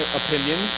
opinion